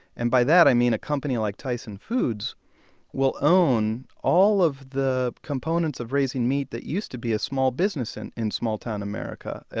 and by that i mean a company like tyson foods will own all of the components of raising meat that used to be a small business in in small-town america.